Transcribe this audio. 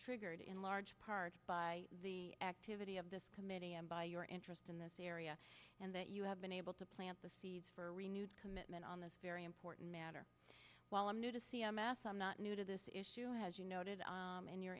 triggered in large part by the activity of this committee and by your interest in this area and that you have been able to plant the seeds for a renewed commitment on this very important matter while i'm new to c m s i'm not new to this issue has you noted in your